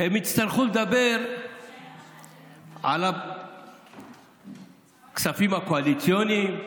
הם יצטרכו לדבר על הכספים הקואליציוניים,